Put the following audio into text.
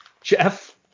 Jeff